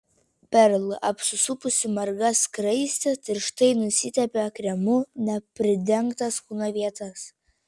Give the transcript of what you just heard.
perl apsisupusi marga skraiste tirštai nusitepė kremu nepridengtas kūno vietas